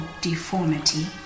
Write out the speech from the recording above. deformity